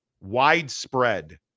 widespread